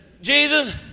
Jesus